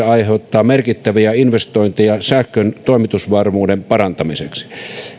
aiheuttaa merkittäviä investointeja sähkön toimitusvarmuuden parantamiseksi